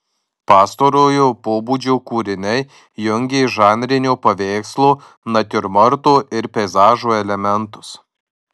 pastarojo pobūdžio kūriniai jungė žanrinio paveikslo natiurmorto ir peizažo elementus